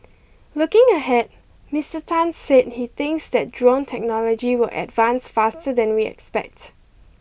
looking ahead Mister Tan said he thinks that drone technology will advance faster than we expect